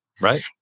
Right